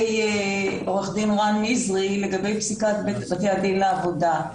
עורך דין רז נזרי לגבי פסיקת בתי הדין לעבודה.